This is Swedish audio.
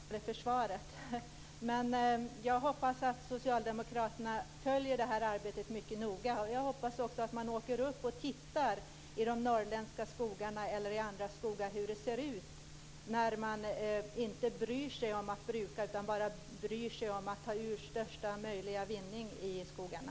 Fru talman! Det är nästan så att jag ångrar att jag tackade för svaret. Men jag hoppas att socialdemokraterna följer det här arbetet mycket noga. Jag hoppas också att man åker upp och tittar i de norrländska skogarna eller i andra skogar och ser hur det ser ut när man inte bryr sig om att bruka utan bara bryr sig om att ta ut största möjliga vinning ur skogarna.